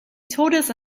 tortoise